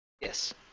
Yes